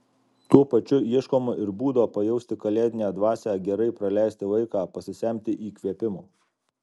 tuo pačiu ieškoma ir būdo pajausti kalėdinę dvasią gerai praleisti laiką pasisemti įkvėpimo